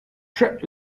track